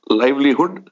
livelihood